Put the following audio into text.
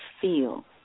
feel